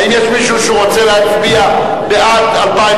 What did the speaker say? האם יש מישהו שרוצה להצביע בעד 2011